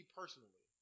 personally